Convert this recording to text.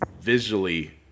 visually